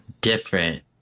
different